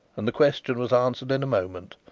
and the question was answered in a moment.